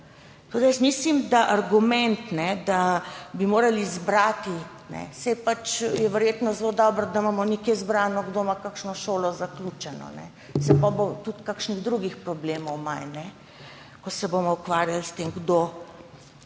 Jaz mislim, da argument, da bi morali zbrati, saj je verjetno zelo dobro, da imamo nekje zbrano, kdo ima zaključeno kakšno šolo, saj bo potem tudi kakšnih drugih problemov manj, ko se bomo ukvarjali s tem, kdo